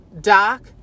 Doc